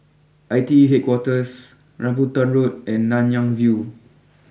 I T E Headquarters Rambutan Road and Nanyang view